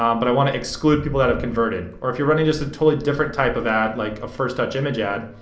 um but i want to exclude people that have converted. or if you're running just a totally different type of ad like a first-touch image ad,